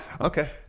Okay